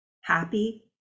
happy